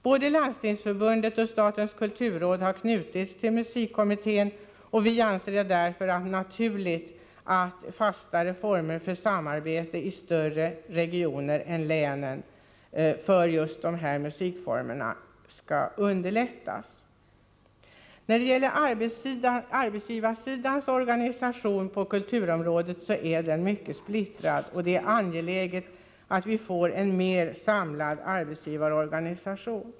Både Landstingsförbundet och statens kulturråd har knutits till musikkommittén, och vi anser det därför naturligt att fastare former för samarbete i större regioner än länen, speciellt för dessa musikformer, bör underlättas. För det tredje är arbetsgivarsidans organisation på kulturområdet mycket splittrad. Det är därför angeläget att få en mer samlad arbetsgivarorganisation.